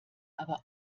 aber